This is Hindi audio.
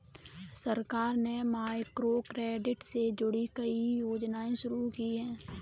सरकार ने माइक्रोक्रेडिट से जुड़ी कई योजनाएं शुरू की